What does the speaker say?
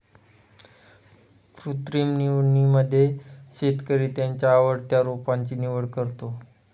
कृत्रिम निवडीमध्ये शेतकरी त्याच्या आवडत्या रोपांची निवड करतो